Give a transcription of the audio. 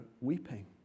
weeping